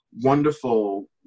wonderful